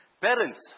Parents